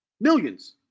millions